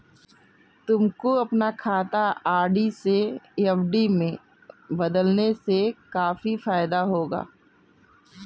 तुमको अपना खाता आर.डी से एफ.डी में बदलने से काफी फायदा होगा